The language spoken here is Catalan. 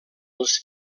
els